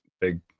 big